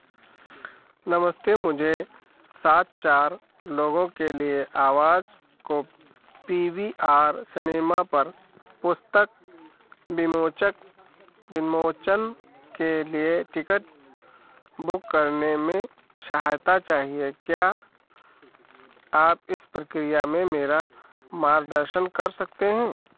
नमस्ते मुझे सात चार लोगों के लिए आवाज़ को पी वी आर सिनेमा पर पुस्तक विमोचक विमोचन के लिए टिकट बुक करने में सहायता चाहिए क्या आप इस प्रक्रिया में मेरा मार्गदर्शन कर सकते हैं